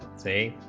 say,